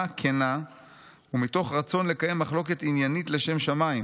כנה ומתוך רצון לקיים מחלוקת עניינית 'לשם שמיים',